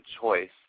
choice